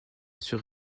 sur